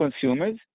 consumers